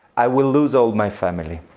i will lose all my family,